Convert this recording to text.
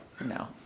No